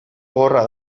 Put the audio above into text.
gogorra